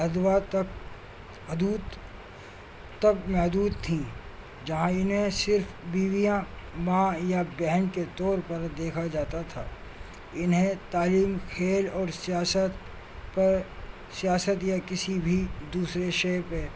ادوا تک حدود تک محدود تھیں جہاں انہیں صرف بیویاں ماں یا بہن کے طور پر دیکھا جاتا تھا انہیں تعلیم کھیل اور سیاست پر سیاست یا کسی بھی دوسرے شے پہ